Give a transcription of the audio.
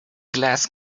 glass